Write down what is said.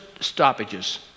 Stoppages